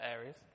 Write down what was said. areas